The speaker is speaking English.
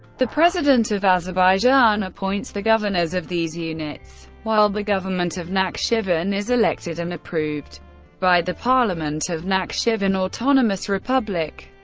the president of azerbaijan appoints the governors of these units, while the government of nakhchivan is elected and approved by the parliament of nakhchivan autonomous republic.